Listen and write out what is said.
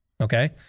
Okay